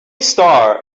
star